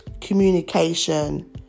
Communication